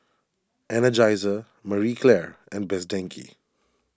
Energizer Marie Claire and Best Denki